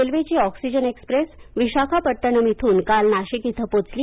रेल्वेची oxygen express Visakhapatnam इथून काल नाशिक इथं पोहोचली